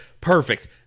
perfect